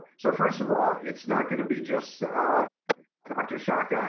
so first of all, it's not gonna be just dr. sciacca.